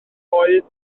oedd